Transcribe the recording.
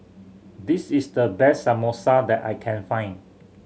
this is the best Samosa that I can find